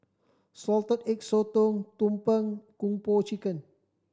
Salted Egg Sotong tumpeng Kung Po Chicken